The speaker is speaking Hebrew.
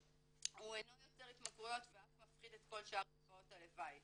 הוא אינו יוצר התמכרויות ואף מפחית את כל שאר תופעות הלוואי